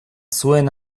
zuen